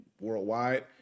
worldwide